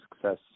success